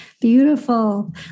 beautiful